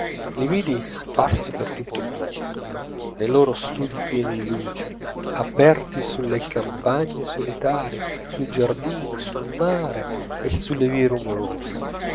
vidi sparsi per tutto il mondo nei loro studi pieni di luce aperti sulle campagne solitarie sui giardini sul mare e sulle vie rumorose